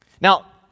Now